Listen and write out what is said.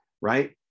right